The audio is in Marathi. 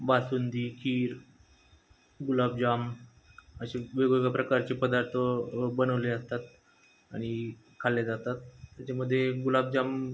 बासुंदी खीर गुलाबजाम अशा वेगवेगळ्या प्रकारचे पदार्थ बनवले असतात आणि खाल्ले जातात त्याच्यामध्ये गुलाबजाम